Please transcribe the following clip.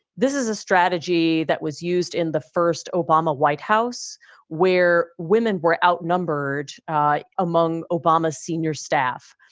this is a strategy that was used in the first obama white house where women were outnumbered among obama's senior staff.